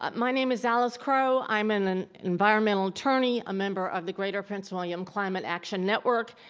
um my name is alice crowe. i'm an environmental attorney, a member of the greater prince william climate action network,